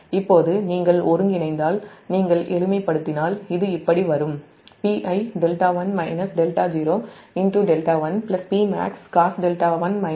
இப்போது நீங்கள் ஒருங்கிணைத்தால் நீங்கள் எளிமைப்படுத்தினால் இது இப்படி வரும் இது சமன்பாடு 44